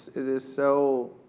it is so,